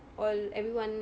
all everyone